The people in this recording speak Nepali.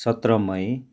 सत्र मई